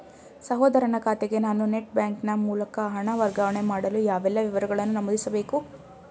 ಸಹೋದರನ ಖಾತೆಗೆ ನಾನು ನೆಟ್ ಬ್ಯಾಂಕಿನ ಮೂಲಕ ಹಣ ವರ್ಗಾವಣೆ ಮಾಡಲು ಯಾವೆಲ್ಲ ವಿವರಗಳನ್ನು ನಮೂದಿಸಬೇಕು?